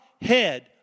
head